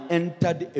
entered